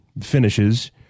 finishes